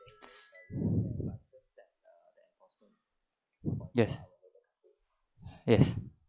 yes yes